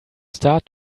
start